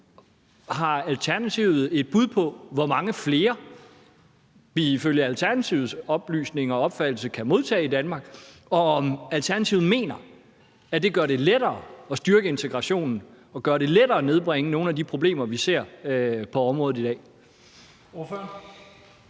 Har Alternativet et bud på, hvor mange flere vi ifølge Alternativets oplysninger og opfattelse kan modtage i Danmark, og mener Alternativet, det gør det lettere at styrke integrationen og gør det lettere at nedbringe nogle af de problemer, vi ser på området i dag?